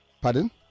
Pardon